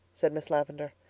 said miss lavendar.